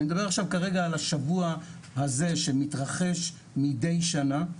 אני מדבר כרגע על השבוע הזה שמתרחש מדי שנה,